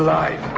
alive